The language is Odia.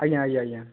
ଆଜ୍ଞା ଆଜ୍ଞା ଆଜ୍ଞା